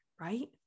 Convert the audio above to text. Right